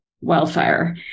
wildfire